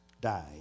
died